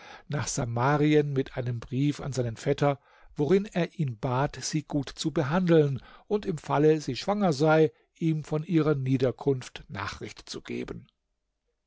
nach samarien mit einem brief an seinen vetter worin er ihn bat sie gut zu behandeln und im falle sie schwanger sei ihm von ihrer niederkunft nachricht zu geben